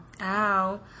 ow